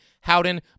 Howden